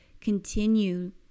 continue